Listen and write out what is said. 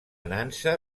nansa